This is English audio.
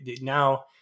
now